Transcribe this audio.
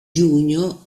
giugno